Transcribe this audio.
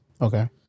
Okay